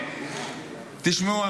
תשמעו,